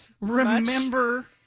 remember